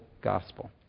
gospel